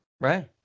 Right